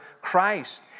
Christ